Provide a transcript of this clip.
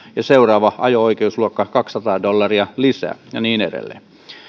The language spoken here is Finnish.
seuraava ajo oikeusluokka kaksisataa dollaria lisää ja niin edelleen